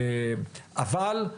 אבל,